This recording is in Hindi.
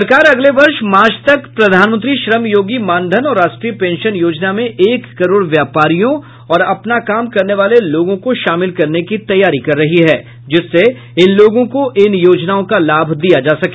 सरकार अगले वर्ष मार्च तक प्रधानमंत्री श्रम योगी मानधन और राष्ट्रीय पेंशन योजना में एक करोड़ व्यापारियों और अपना काम करने वाले लोगों को शामिल करने की तैयारी कर रही है जिससे इन लोगों को इन योजनाओं का लाभ दिया जा सके